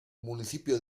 municipio